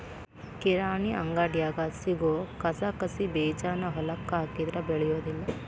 ಕಿರಾಣಿ ಅಂಗಡ್ಯಾಗ ಸಿಗು ಕಸಕಸಿಬೇಜಾನ ಹೊಲಕ್ಕ ಹಾಕಿದ್ರ ಬೆಳಿಯುದಿಲ್ಲಾ